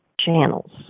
channels